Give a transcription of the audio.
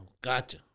gotcha